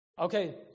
Okay